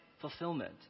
fulfillment